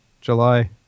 July